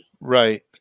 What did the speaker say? Right